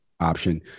option